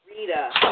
Rita